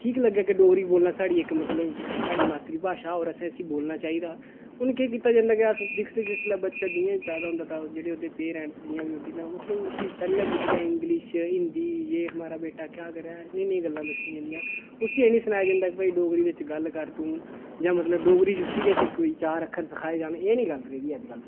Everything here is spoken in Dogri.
ठीक लग्गै कि डोगरी बोलना साढ़ी इक मतलब साढ़ी मात्तरी भाशा होर असें इसी बोलना चाहिदा हून केह् कीता जंदा के अस दिखदे जिसलै बच्चा जियां बी पैदा होंदा तां जेह्ड़े ओह्दे पेरेंट्स जियां बी ओह्दी ना मतलब उसी पैह्ले गै इंग्लिश हिंदी ये हमारा बेटा क्या कर रहा है नेही नेही गल्लां दस्सियां जांदियां उसी एह् नि सनाया जंदा के भई डोगरी बिच्च गल्ल कर तूं जां मतलब डोगरी च उसी किश कोई चार अक्खर सखाए जान एह नि गल्ल रेह्दी ऐ अज्जकल